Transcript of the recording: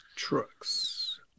Trucks